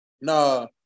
No